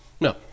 no